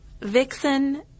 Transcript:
vixen